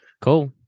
cool